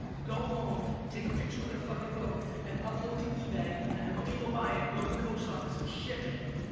go home, take a picture with their fucking phone, and upload to ebay, and when people buy it, go to the post office and ship it,